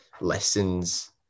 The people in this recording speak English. lessons